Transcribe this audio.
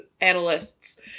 analysts